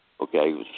okay